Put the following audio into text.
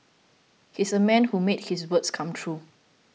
he's a man who made his words come true